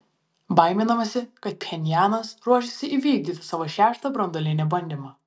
baiminamasi kad pchenjanas ruošiasi įvykdyti savo šeštą branduolinį bandymą